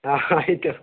ಹಾಂ ಆಯಿತು